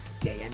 Day